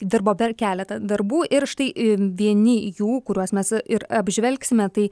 dirbo per keletą darbų ir štai vieni jų kuriuos mes ir apžvelgsime tai